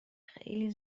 خیلی